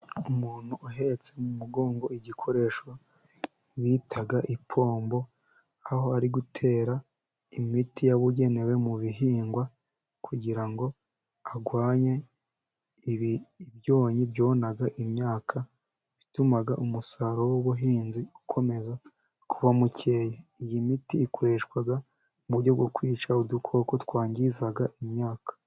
Umuntu uhetse mu mugongo, igikoresho bita ipombo, aho ari gutera imiti yabugenewe mu bihingwa, kugira ngo arwanye ibyonnyi byona imyaka, bituma umusaruro w'ubuhinzi ukomeza kuba mukeya. iyi miti ikoreshwa mu buryo byo kwica udukoko twangiza imyaka.